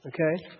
Okay